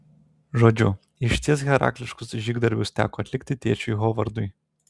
žodžiu išties herakliškus žygdarbius teko atlikti tėčiui hovardui